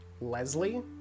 Leslie